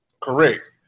Correct